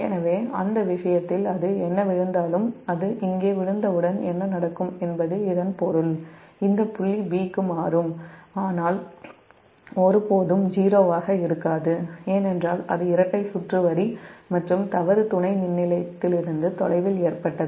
எனவே அந்த விஷயத்தில் அது என்ன விழுந்தாலும் அது இங்கே விழுந்தவுடன் என்ன நடக்கும் என்பது இதன் பொருள் இந்த புள்ளி 'B' க்கு மாறும் ஆனால் அது ஒருபோதும் 0 ஆக இருக்காது ஏனென்றால் அது இரட்டை சுற்று வரி மற்றும் தவறு துணை மின்நிலையத்திலிருந்து தொலைவில் ஏற்பட்டது